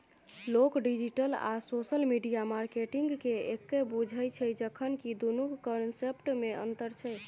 लोक डिजिटल आ social media मार्केटिंगकेँ एक्के बुझय छै जखन कि दुनुक कंसेप्टमे अंतर छै